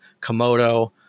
Komodo